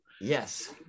Yes